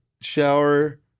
shower